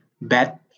Bad